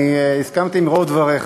אני הסכמתי עם רוב דבריך,